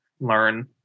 learn